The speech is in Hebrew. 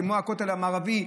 כמו הכותל המערבי,